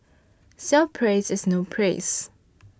self praise is no praise